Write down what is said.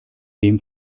dem